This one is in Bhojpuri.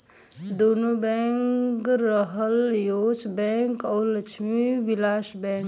दुन्नो बैंक रहलन येस बैंक अउर लक्ष्मी विलास बैंक